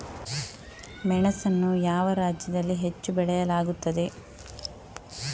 ಮೆಣಸನ್ನು ಯಾವ ರಾಜ್ಯದಲ್ಲಿ ಹೆಚ್ಚು ಬೆಳೆಯಲಾಗುತ್ತದೆ?